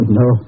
no